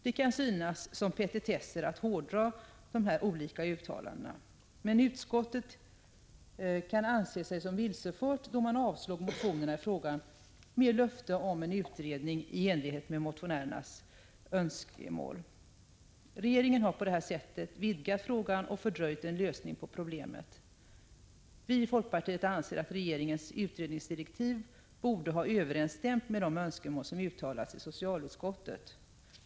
Det kan synas som petitesser att hårdra de här olika uttalandena, men utskottet kan anse sig vilsefört då man avstyrkte motionerna i fråga mot löfte om en utredning i enlighet med motionärernas önskemål. Regeringen har på detta sätt vidgat frågan och fördröjt en lösning av problemet. Vi i folkpartiet anser att regeringens utredningsdirektiv borde ha överensstämt med de önskemål som uttalats i socialutskottet.